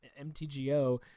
mtgo